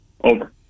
Over